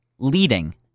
Leading